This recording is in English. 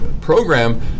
program